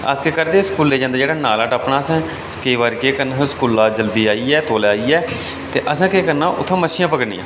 अस केह् करदे हे स्कूल गी जंदे जेह्ड़ा नाला टप्पना असें केईं बारी केह् करना स्कूला जल्दी आइयै तौले आइयै ते असें केह् करना उत्थै मच्छियां पकड़नियां